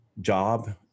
job